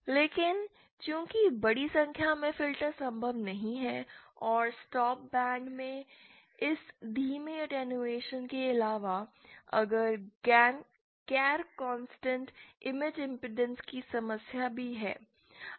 लेकिन चूंकि बड़ी संख्या में फ़िल्टर संभव नहीं हैं और स्टॉप बैंड में इस धीमे अटेंडहुएसन के अलावा यह गैर कांस्टेंट इमेज इमपेडेंस की समस्या भी है